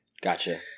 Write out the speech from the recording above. Gotcha